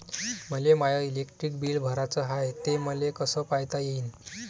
मले माय electric bill भराचं हाय, ते मले कस पायता येईन?